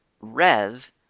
rev